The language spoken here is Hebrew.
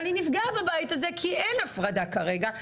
אבל היא נפגעה בבית הזה כי אין הפרדה כרגע.